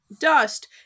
dust